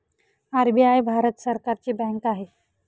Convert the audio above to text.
RBI Bharat सरकारची bank आहे